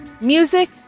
music